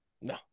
No